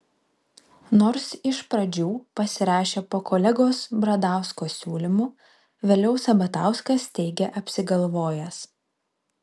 nors iš pradžių pasirašė po kolegos bradausko siūlymu vėliau sabatauskas teigė apsigalvojęs